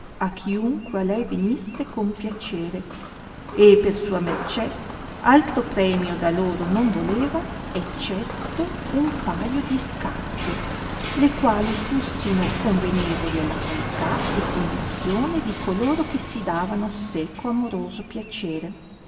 a chiunque a lei venisse compiacere e per sua mercè altro premio da loro non voleva eccetto un paio di scarpe le quali fussino convenevoli alla qualità e condizione di coloro che si davano seco amoroso piacere